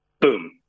boom